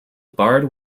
barred